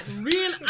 real